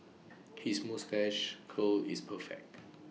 his moustache curl is perfect